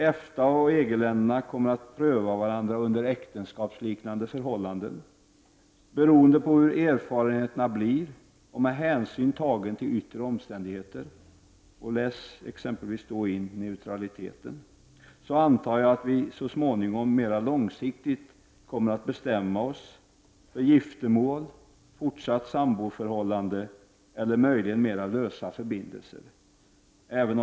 EFTA och EG-länderna kommer att pröva varandra under äktenskapsliknande förhållanden. Beroende på hur erfarenheterna blir och med hänsyn tagen till yttre omständigheter — läs där in exempelvis neutraliteten — antar jag att vi så småningom mera långsiktigt kommer att bestämma oss för giftermål, fortsatt samboförhållande eller möjligen mera lösa förbindelser.